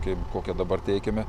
kaip kokia dabar teikiame